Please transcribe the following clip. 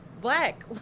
black